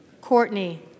Courtney